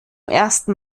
ersten